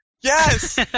Yes